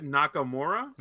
Nakamura